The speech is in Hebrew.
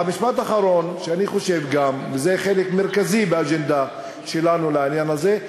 משפט אחרון שאני חושב שהוא חלק מרכזי של האג'נדה שלנו לעניין הזה,